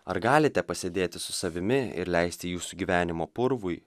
ar galite pasėdėti su savimi ir leisti jūsų gyvenimo purvui